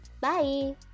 Bye